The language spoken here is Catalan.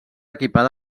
equipada